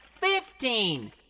fifteen